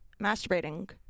masturbating